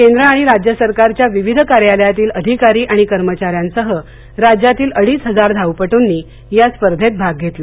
केंद्र आणि राज्य सरकारच्या विविध कार्यालयातील अधिकारी आणि कर्मचाऱ्यांसह राज्यातील अडीच हजार धावपटूनी या स्पर्धेत भाग घेतला